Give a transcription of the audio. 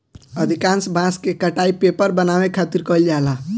अधिकांश बांस के कटाई पेपर बनावे खातिर कईल जाला